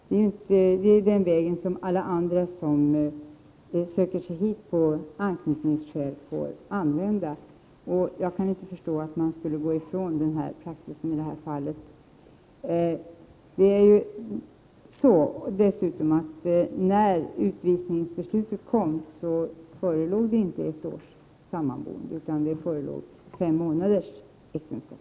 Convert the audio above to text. Det är den vägen som alla andra som söker sig hit på anknytningsskäl får använda. Jag kan inte förstå att man skulle gå ifrån denna praxis i det här fallet. Det är dessutom så att när utvisningsbeslutet fattades förelåg inte ett års sammanboende, utan fem månaders äktenskap.